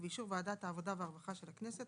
ובאישור ועדת העבודה והרווחה של הכנסת,